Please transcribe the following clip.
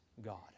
God